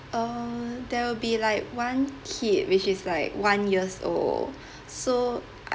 uh there will be like one kid which is like one years old so